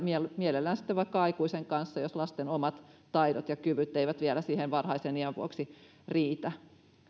mielellään sitten vaikka aikuisen kanssa jos lasten omat taidot ja kyvyt eivät vielä siihen varhaisen iän vuoksi riitä